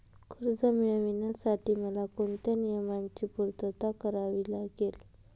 कर्ज मिळविण्यासाठी मला कोणत्या नियमांची पूर्तता करावी लागेल?